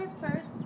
first